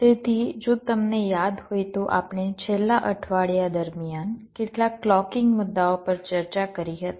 તેથી જો તમને યાદ હોય તો આપણે છેલ્લા અઠવાડિયા દરમિયાન કેટલાક ક્લૉકિંગ મુદ્દાઓ પર ચર્ચા કરી હતી